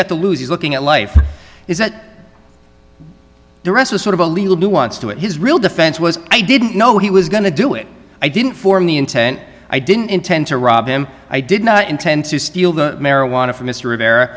got to lose he's looking at life is that the rest is sort of a legal who wants to what his real defense was i didn't know he was going to do it i didn't form the intent i didn't intend to rob him i did not intend to steal the marijuana from mr rivera